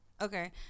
Okay